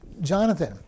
Jonathan